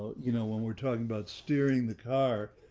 you know, when we're talking about steering the car,